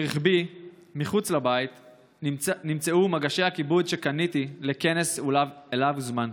ברכבי מחוץ לבית נמצאו מגשי הכיבוד שקניתי בשביל כנס שאליו הוזמנתי.